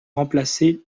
remplacé